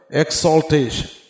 exaltation